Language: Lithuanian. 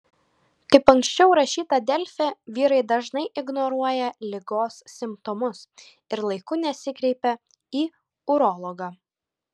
kaip anksčiau rašyta delfi vyrai dažnai ignoruoja ligos simptomus ir laiku nesikreipia į urologą